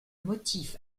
motif